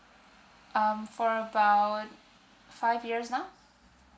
um for about five years now